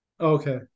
Okay